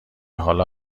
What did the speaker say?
حالا